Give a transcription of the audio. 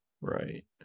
Right